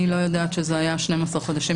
אני לא יודעת שזה היה 12 חודשים.